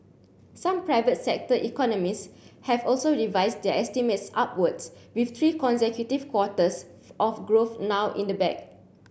some private sector economists have also revised their estimates upwards with three consecutive quarters of growth now in the bag